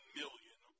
million